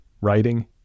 Writing